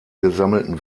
gesammelten